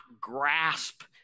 grasp